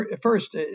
first